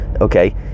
Okay